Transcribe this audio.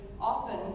often